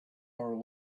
are